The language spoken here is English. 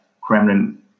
Kremlin